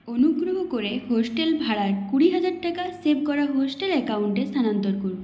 অনুগ্রহ করে হোস্টেল ভাড়ার কুড়ি হাজার টাকা সেভ করা হোস্টেল অ্যাকাউন্টে স্থানান্তর করুন